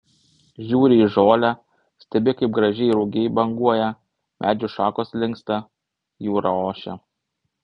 žiūri į žolę stebi kaip gražiai rugiai banguoja medžių šakos linksta jūra ošia